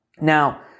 Now